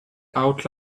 out